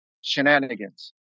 shenanigans